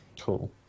Cool